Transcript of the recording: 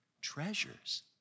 treasures